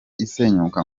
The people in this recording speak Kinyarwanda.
isenyuka